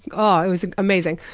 oh, it was amazing.